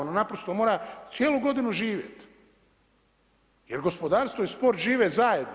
Ona naprosto mora cijelu godinu živjet, jer gospodarstvo i sport žive zajedno.